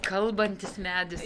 kalbantis medis